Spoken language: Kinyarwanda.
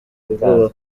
ubwoba